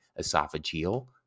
esophageal